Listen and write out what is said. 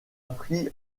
pris